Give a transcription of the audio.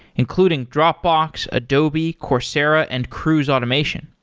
including dropbox, adobe, coursera and cruise automation.